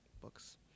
books